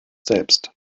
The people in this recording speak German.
selbst